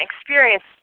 experience